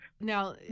now